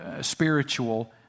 spiritual